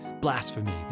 blasphemy